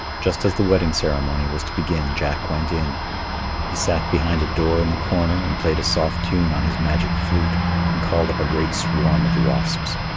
just as the wedding ceremony was to begin, jack went in he sat behind a door in the corner and played a soft tune on his magic flute and called up a great swarm of wasps.